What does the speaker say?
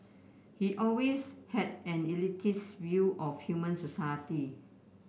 he always had an elitist view of human society